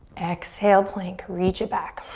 ehxale, plank, reach it back.